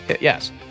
Yes